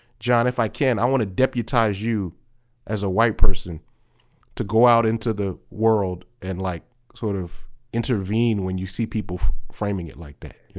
john, if i can, i want to deputize you as a white person to go out into the world and like sort of intervene when you see people framing it like that.